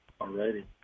Already